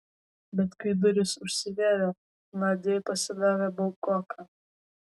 bet kai durys užsivėrė nadiai pasidarė baugoka